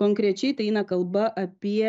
konkrečiai tai eina kalba apie